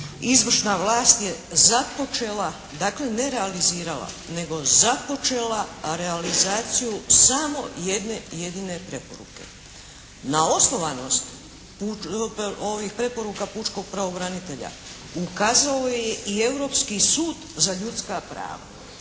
izvršna vlast je započela, dakle ne realizirala nego započela realizaciju samo jedne jedine preporuke. Na osnovanost ovih preporuka pučkog pravobranitelja ukazao je i Europski sud za ljudska prava.